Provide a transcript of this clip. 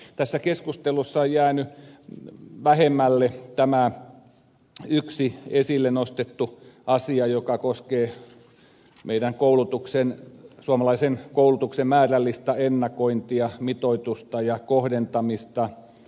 tässä keskustelussa on jäänyt vähemmälle huomiolle tämä yksi esille nostettu asia joka koskee meidän suomalaisen koulutuksen määrällistä ennakointia mitoitusta ja kohdentamista